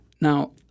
Now